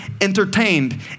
entertained